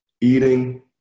eating